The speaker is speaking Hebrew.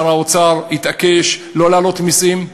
שר האוצר התעקש לא להעלות מסים,